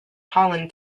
pollen